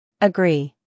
Agree